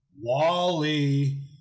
Wally